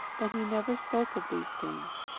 but he never spoke of these things.